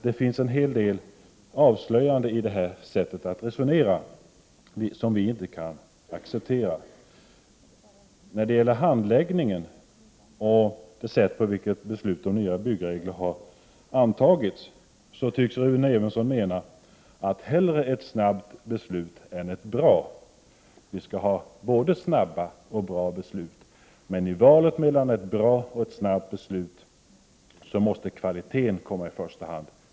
Det finns en hel del som är avslöjande i detta sätt att resonera som vi inte kan acceptera. När det gäller det sätt på vilket beslut om nya byggregler har fattats tycks Rune Evensson mena: Hellre ett snabbt beslut än ett bra beslut. Vi skall ha både snabba och bra beslut. Men i valet mellan de båda måste kvaliteten komma i första hand.